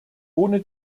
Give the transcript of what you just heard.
ohne